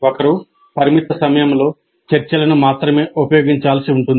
ఒకరు పరిమిత సమయంలో చర్చలను మాత్రమే ఉపయోగించాల్సి ఉంటుంది